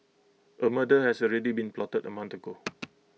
A murder has already been plotted A month ago